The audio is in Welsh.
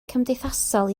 cymdeithasol